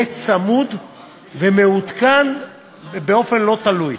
יהיה צמוד ומעודכן באופן לא תלוי.